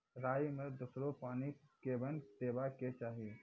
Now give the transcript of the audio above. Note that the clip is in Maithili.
राई मे दोसर पानी कखेन देबा के चाहि?